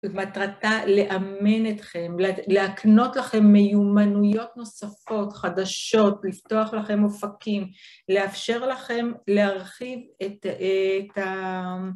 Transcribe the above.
זאת אומרת, מטרתה לאמן אתכם, להקנות לכם מיומנויות נוספות, חדשות, לפתוח לכם אופקים, לאפשר לכם להרחיב את ה...